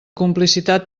complicitat